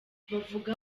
bavuga